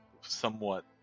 somewhat